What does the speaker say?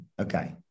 Okay